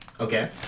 Okay